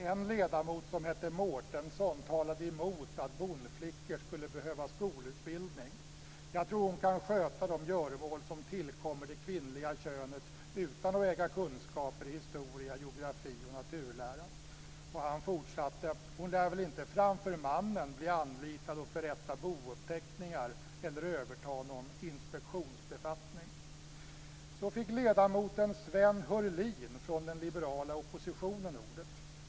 En ledamot som hette Mårtensson talade emot att bondflickor skulle behöva skolutbildning: "Jag tror hon kan sköta de göromål som tillkommer det kvinnliga könet utan att äga kunskaper i historia, geografi och naturlära." Sedan fortsatte han: "Hon lär väl inte framför mannen bli anlitad att förrätta bouppteckningar eller överta någon inspektionsbefattning." Så fick ledamoten Sven Heurlin från den liberala oppositionen ordet.